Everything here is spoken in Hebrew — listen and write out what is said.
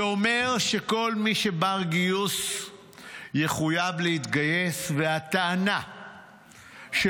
זה אומר שכל מי שבר-גיוס יחויב להתגייס, והטענה של